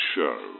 Show